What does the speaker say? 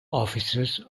offices